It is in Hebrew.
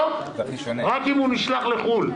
לא, רק אם הוא נשלח לחו"ל.